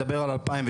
אני מדבר על 2013,